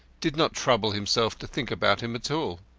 did not trouble himself to think about him at all.